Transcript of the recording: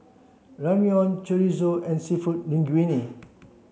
Ramyeon Chorizo and Seafood Linguine